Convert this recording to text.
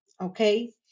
okay